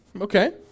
Okay